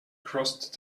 crossed